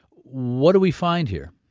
what do we find here?